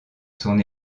son